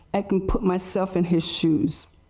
i can put myself in his shoes.